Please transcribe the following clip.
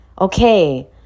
Okay